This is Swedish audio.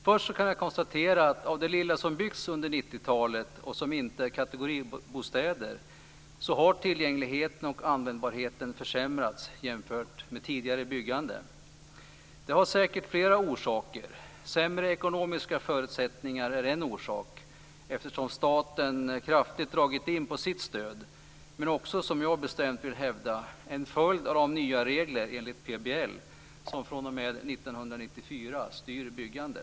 Först kan jag konstatera att av det lilla som har byggts under 90-talet och som inte är kategoribostäder, har tillgängligheten och användbarheten försämrats jämfört med tidigare byggande. Det har säkert flera orsaker. Sämre ekonomiska förutsättningar är en orsak, eftersom staten kraftigt har dragit in på sitt stöd men också, som jag bestämt hävdar, en följd av de nya regler i PBL som sedan 1994 styr byggandet.